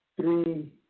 three